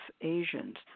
Asians